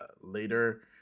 later